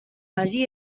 allí